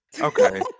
okay